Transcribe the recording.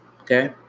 Okay